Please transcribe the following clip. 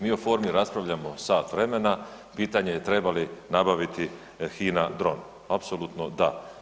Mi o formi raspravljamo sat vremena, pitanje je treba li nabaviti Hina dron, apsolutno da.